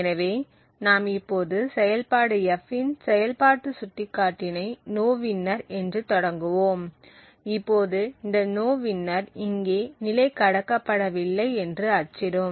எனவே நாம் இப்போது செயல்பாடு f இன் செயல்பாட்டு சுட்டிக்காட்டினை நோவின்னர் என்று தொடங்குவோம் இப்போது இந்த நோவின்னர் இங்கே நிலை கடக்கப்படவில்லை என்று அச்சிடும்